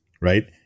Right